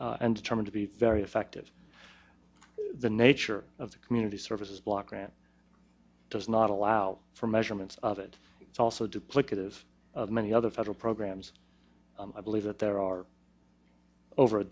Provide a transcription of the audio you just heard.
and determined to be very effective the nature of the community service block grants does not allow for measurements of it it's also duplicative many other federal programs i believe that there are over a